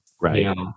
Right